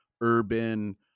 urban